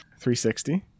360